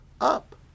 up